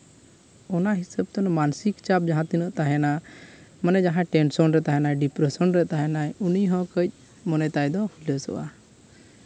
ᱚᱱᱟ ᱦᱤᱥᱟᱹᱵᱽ ᱛᱮ ᱢᱟᱱᱚᱥᱤᱠ ᱪᱟᱯ ᱡᱟᱦᱟᱸ ᱛᱤᱱᱟᱹᱜ ᱛᱟᱦᱮᱱᱟ ᱢᱟᱱᱮ ᱡᱟᱦᱟᱸᱭ ᱴᱮᱱᱥᱚᱱ ᱨᱮ ᱛᱟᱦᱮᱱᱟᱭ ᱰᱤᱯᱨᱮᱥᱚᱱ ᱨᱮ ᱛᱟᱦᱮᱱᱟᱭ ᱩᱱᱤ ᱦᱚᱸ ᱠᱟᱹᱡ ᱢᱚᱱᱮ ᱛᱟᱭ ᱫᱚ ᱦᱩᱞᱟᱹᱥᱚᱜᱼᱟ